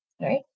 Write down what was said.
right